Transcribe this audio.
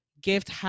gift